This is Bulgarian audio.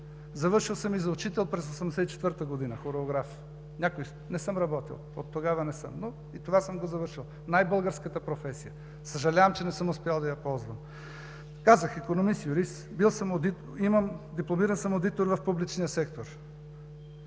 Завършил съм и за учител през 1984 г. – хореограф. Не съм работил оттогава, но и това съм го завършил – най-българската професия. Съжалявам, че не съм успял да я ползвам. Казах икономист, юрист, дипломиран одитор съм в публичния сектор,